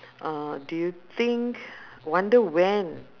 uh do you think wonder when